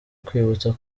kwibutsa